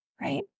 right